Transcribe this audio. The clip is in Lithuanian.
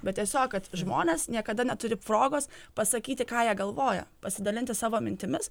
bet tiesiog kad žmonės niekada neturi progos pasakyti ką jie galvoja pasidalinti savo mintimis